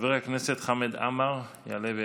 חבר הכנסת חמד עמאר יעלה ויבוא.